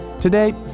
Today